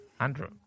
Andrew